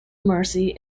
mercy